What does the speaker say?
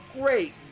Great